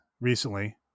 recently